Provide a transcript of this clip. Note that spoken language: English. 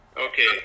Okay